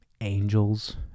angels